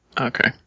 Okay